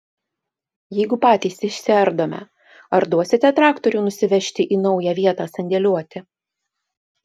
jeigu patys išsiardome ar duosite traktorių nusivežti į naują vietą sandėliuoti